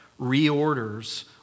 reorders